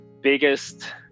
biggest